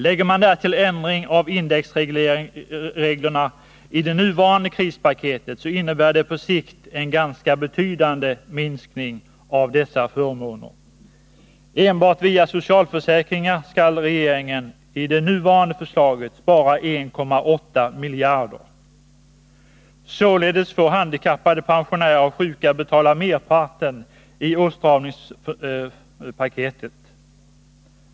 Lägger man därtill ändring av indexreglerna i det nuvarande krispaketet, innebär det på längre sikt en ganska betydande minskning av dessa förmåner. Enbart via socialförsäkringar skall regeringen enligt det nuvarande förslaget spara 1,8 miljarder. Således får handikappade, pensionärer och sjuka betala merparten i åtstramningspaketet.